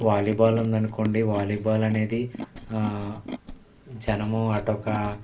volleyball ఉందనుకోండి volleyball అనేది జనము అటొక